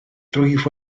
rwyf